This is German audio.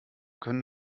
können